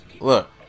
Look